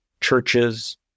churches